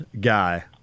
guy